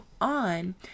on